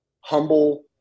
humble